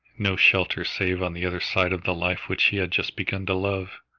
no shelter save on the other side of the life which he had just begun to love.